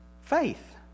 faith